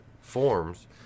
forms